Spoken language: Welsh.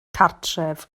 cartref